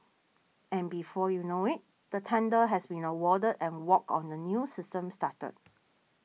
and before you know it the tender has been awarded and work on the new system started